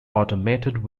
automated